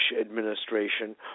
administration